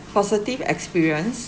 positive experience